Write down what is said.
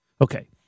Okay